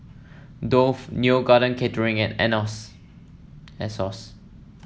Dove Neo Garden Catering and Asos